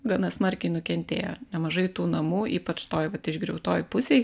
gana smarkiai nukentėjo nemažai tų namų ypač toj vat išgriautoj pusėj